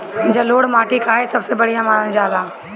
जलोड़ माटी काहे सबसे बढ़िया मानल जाला?